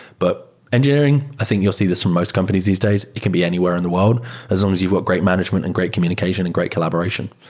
but engineering, i think you'll see this on most companies these days. it can be anywhere in the world as long as you work great management and great communication and great collaboration.